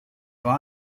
war